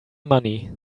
money